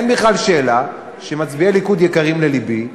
אין בכלל שאלה שמצביעי ליכוד יקרים ללבי,